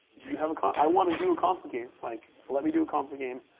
do you have a con i want to do a console game, like, let me do a console game.